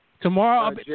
Tomorrow